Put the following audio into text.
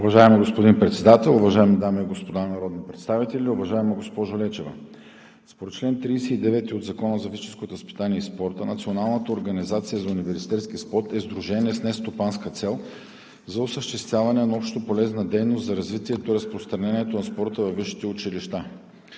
Уважаеми господин Председател, уважаеми дами и господа народни представители! Уважаема госпожо Лечева, според чл. 39 от Закона за физическото възпитание и спорта Националната организация за университетски спорт е сдружение с нестопанска цел за осъществяване на общополезна дейност за развитието и разпространението на спорта във висшите училища.